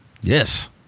Yes